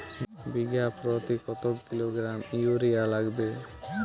বিঘাপ্রতি কত kilogram urea লাগবে?